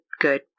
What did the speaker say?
good